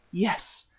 yes,